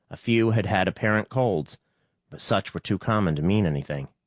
few had had apparent colds, but such were too common to mean anything.